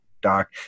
Doc